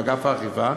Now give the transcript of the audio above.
באגף האכיפה,